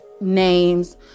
names